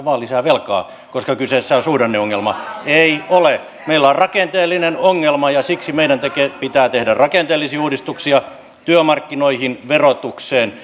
vain lisää velkaa koska kyseessä on suhdanneongelma ei ole meillä on rakenteellinen ongelma ja siksi meidän pitää tehdä rakenteellisia uudistuksia työmarkkinoihin verotukseen